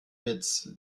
witz